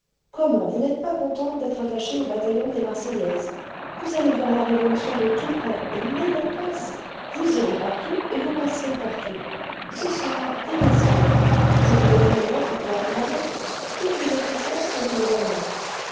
comment vous n'êtes pas contente d'être attachée au bataillon des marseillaises vous allez voir la révolu tion de tout près aux meilleures places vous irez partout et vous passerez partout ce sera délicieux je vous donnerai une lettre pour la commandante toutes les officières seront vos amies